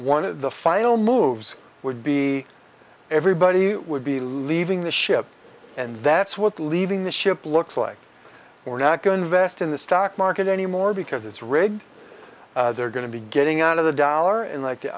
one of the final moves would be everybody would be leaving the ship and that's what leaving the ship looks like we're not going vest in the stock market anymore because it's rigged they're going to be getting out of the dollar and like the